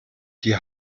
die